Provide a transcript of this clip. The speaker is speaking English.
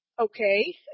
Okay